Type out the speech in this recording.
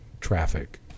traffic